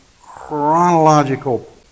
chronological